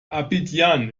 abidjan